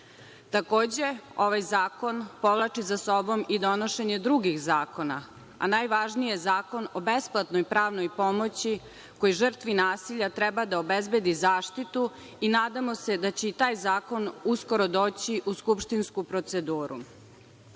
Takođe, ovaj zakon povlači za sobom i donošenje drugih zakona, a najvažniji je Zakon o besplatnoj pravnoj pomoći koji žrtvi nasilja treba da obezbedi zaštitu i nadamo se da će i taj zakon uskoro doći u skupštinsku proceduru. Zakon